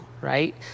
right